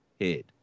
head